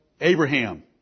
Abraham